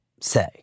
say